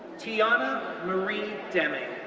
tiana marie deming,